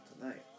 tonight